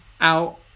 out